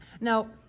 No